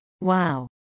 Wow